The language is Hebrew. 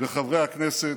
וחברי הכנסת,